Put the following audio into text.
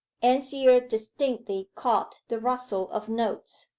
anne's ear distinctly caught the rustle of notes,